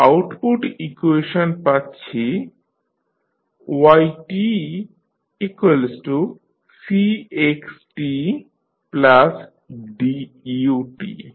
আমরা output equation পাচ্ছি ytCxtDut